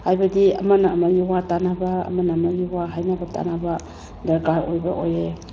ꯍꯥꯏꯕꯗꯤ ꯑꯃꯅ ꯑꯃꯒꯤ ꯋꯥ ꯇꯥꯅꯕ ꯑꯃꯅ ꯑꯃꯒꯤ ꯋꯥ ꯍꯥꯏꯅꯕ ꯇꯥꯅꯕ ꯗꯔꯀꯥꯔ ꯑꯣꯏꯕ ꯑꯣꯏꯌꯦ